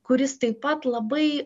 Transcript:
kuris taip pat labai